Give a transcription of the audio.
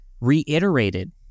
reiterated